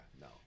no